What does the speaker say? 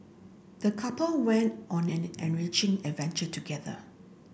the couple went on an enriching adventure together